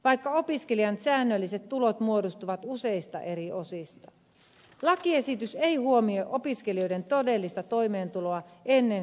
vaikka opiskelijan säännölliset tulot muodostuvat useista eri osista lakiesitys ei huomioi opiskelijoiden todellista toimeentuloa ennen sairastumista